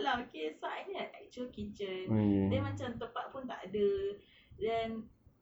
okay lah so I need actual kitchen dia macam tempat pun tak ada then